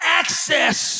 access